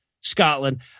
Scotland